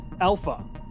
Alpha